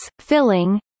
filling